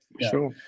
Sure